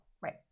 Right